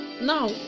Now